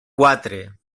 quatre